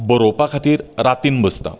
बरोवपां खातीर रातीन बसतां